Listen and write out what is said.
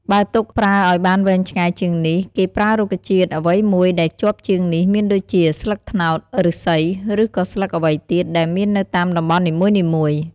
បើទុកប្រើឲ្យបានវែងឆ្ងាយជាងនេះ គេប្រើរុក្ខជាតិអ្វីមួយដែលជាប់ជាងនេះមានដូចជាស្លឹកត្នោត, ឫស្សី ឬក៏ស្លឹកអ្វីទៀតដែលមាននៅតាមតំបន់នីមួយៗ។